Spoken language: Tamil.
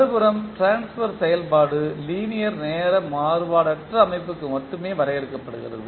மறுபுறம் ட்ரான்ஸ்பர் செயல்பாடு லீனியர் நேர மாறுபாடற்ற அமைப்புக்கு மட்டுமே வரையறுக்கப்படுகிறது